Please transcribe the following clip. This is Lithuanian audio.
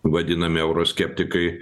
vadinami euroskeptikai